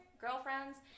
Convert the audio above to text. girlfriends